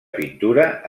pintura